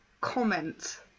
comment